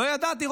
לא ידעתי.